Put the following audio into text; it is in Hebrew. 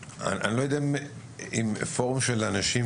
אני לא יודע אם פורום של אנשים,